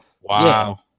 Wow